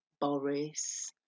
Boris